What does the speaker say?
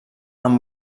amb